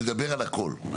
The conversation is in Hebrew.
נדבר על הכול.